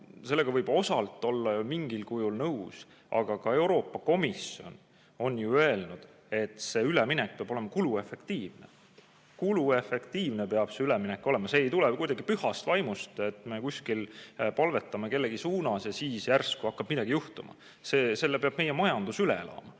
Sellega võib osalt olla mingil kujul ju nõus, aga ka Euroopa Komisjon on öelnud, et üleminek peab olema kuluefektiivne. Kuluefektiivne peab see üleminek olema! See ei tule kuidagi pühast vaimust, et me kuskil palvetame kellegi poole ja siis järsku hakkab midagi juhtuma. Selle muutuse peab meie majandus üle elama.